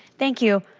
thank you.